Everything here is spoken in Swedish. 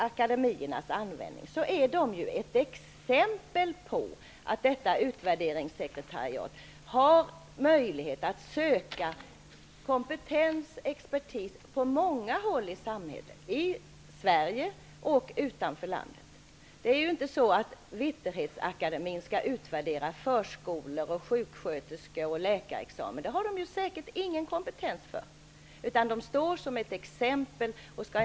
Akademiernas funktion är bara ett exempel på att detta utvecklingssekretariat har möjlighet att söka kompetens och expertis på många håll i samhället, såväl i Sverige som utanför landet. Det är ju inte meningen att Vitterhetsakademien skall utvärdera förskollärarnas, sjuksköterskornas och läkarnas utbildning. Någon sådan kompetens har Vitterhetsakademien säkerligen inte.